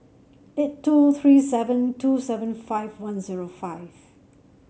eight two three seven two seven five one zero five